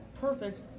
perfect